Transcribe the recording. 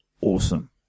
awesome